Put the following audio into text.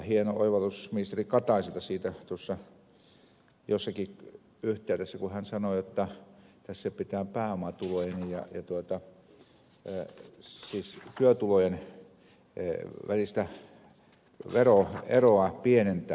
hieno oivallus oli ministeri kataiselta jossakin yhteydessä kun hän sanoi jotta tässä pitää pääomatulojen ja työtulojen välistä veroeroa pienentää